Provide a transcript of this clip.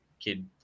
kid